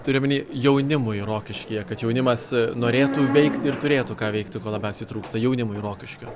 turiu omeny jaunimui rokiškyje kad jaunimas norėtų veikti ir turėtų ką veikti ko labiausiai trūksta jaunimui rokiškio